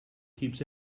keeps